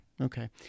Okay